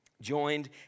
joined